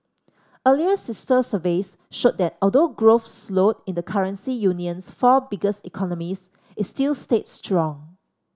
earlier sister surveys showed that although growth slowed in the currency union's four biggest economies it still stayed strong